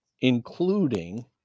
including